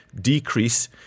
decrease